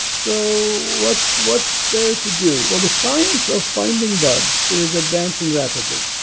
so what's what's there to do? well, the science of finding bugs is advancing rapidly.